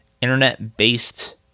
internet-based